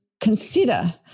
consider